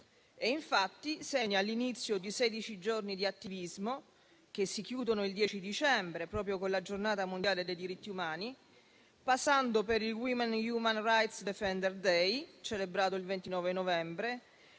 infatti segna l'inizio di sedici giorni di attivismo, che si chiudono il 10 dicembre con la Giornata mondiale dei diritti umani, passando per il Women human rights defender day, celebrato il 29 novembre,